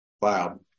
cloud